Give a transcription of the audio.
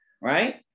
right